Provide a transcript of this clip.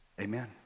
amen